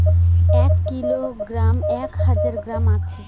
এক কিলোগ্রামে এক হাজার গ্রাম আছে